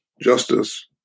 justice